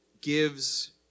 gives